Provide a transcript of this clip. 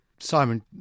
Simon